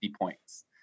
points